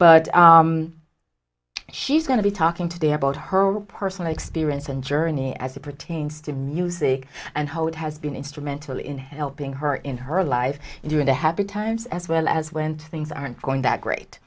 but she's going to be talking today about her personal experience and journey as it pertains to music and how it has been instrumental in helping her in her life and doing the happy times as well as went things aren't going that great